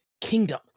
kingdom